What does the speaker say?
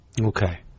Okay